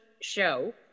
Show